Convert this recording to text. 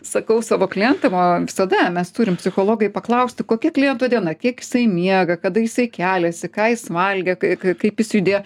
sakau savo klientam o visada mes turim psichologai paklausti kokia kliento diena kiek jisai miega kada jisai keliasi ką jis valgė kai kaip jis judėjo